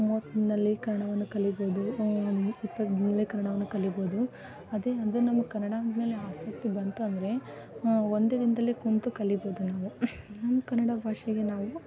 ಮೂವತ್ತು ದಿನದಲ್ಲಿ ಕನ್ನಡವನ್ನು ಕಲಿಯಬೋದು ಇಪ್ಪತ್ತು ದಿನ್ದಲ್ಲೇ ಕನ್ನಡವನ್ನು ಕಲಿಯಬೋದು ಅದೇ ಅದು ನಮ್ಮ ಕನ್ನಡದ ಮೇಲೆ ಆಸಕ್ತಿ ಬಂತು ಅಂದರೆ ಒಂದೇ ದಿನ್ದಲ್ಲೇ ಕುಳ್ತು ಕಲಿಯಬೋದು ನಾವು ನಮ್ಮ ಕನ್ನಡ ಭಾಷೆಗೆ ನಾವು